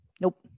nope